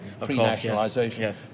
pre-nationalisation